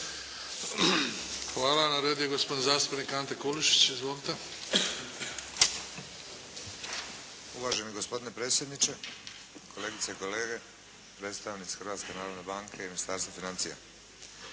Hvala. Na redu je gospodin zastupnik Ante Kulušić. Izvolite. **Kulušić, Ante (HDZ)** Uvaženi gospodine predsjedniče, kolegice i kolege predstavnici Hrvatske narodne banke i Ministarstva financija.